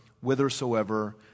whithersoever